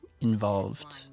involved